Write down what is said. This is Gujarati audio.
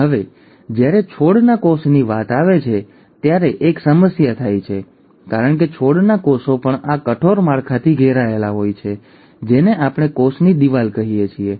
હવે જ્યારે છોડના કોષોની વાત આવે છે ત્યારે એક સમસ્યા થાય છે કારણ કે છોડના કોષો પણ આ કઠોર માળખાથી ઘેરાયેલા હોય છે જેને આપણે કોષની દિવાલ કહીએ છીએ